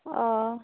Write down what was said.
ᱚᱻ